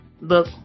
look